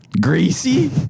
Greasy